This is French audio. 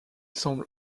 semble